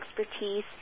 expertise